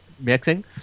mixing